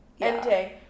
ending